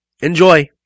Enjoy